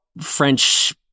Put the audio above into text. French